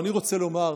ואני רוצה לומר,